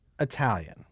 Italian